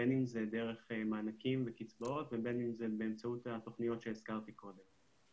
בין אם זה דרך מענקים וקצבאות ובין אם זה באמצעות התכניות שהזכרתי קודם.